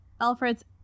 alfred's